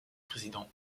président